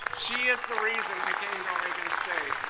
she is the reason i came to oregon state.